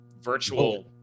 virtual